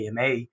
AMA